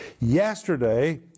Yesterday